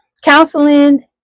counseling